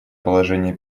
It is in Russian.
положение